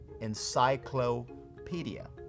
encyclopedia